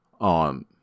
on